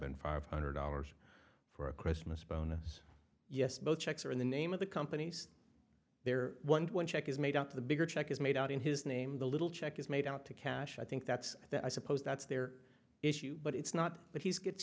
and five hundred dollars for a christmas bonus yes both checks are in the name of the companies their one check is made out the bigger check is made out in his name the little check is made out to cash i think that's i suppose that's their issue but it's not but he's gets